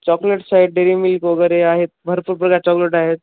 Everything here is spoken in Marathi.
चॉकलेट्स आहेत डेरी मिल्क वगैरे आहेत भरपूर प्रकारच् चॉकलेट आहेत